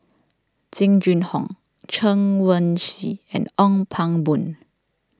Jing Jun Hong Chen Wen Hsi and Ong Pang Boon